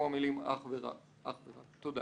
יבואו המילים אך ורק", תודה.